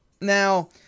Now